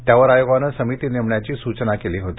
त्यावर आयोगानं समिती नेमण्याची सूचना केली होती